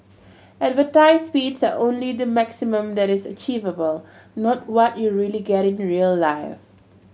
advertised speeds are only the maximum that is achievable not what you really get in real life